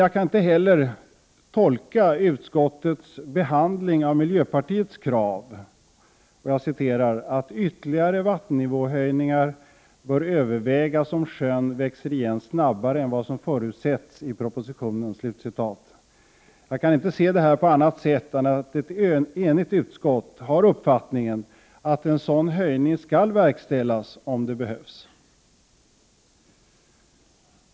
Jag kan inte heller tolka utskottets behandling av miljöpartiets krav ”att ytterligare vattennivåhöjningar bör övervägas om sjön växer igen snabbare än vad som förutsätts i propositionen” på annat sätt än att ett enigt utskott har den uppfattningen att sådan höjning skall verkställas om det behövs.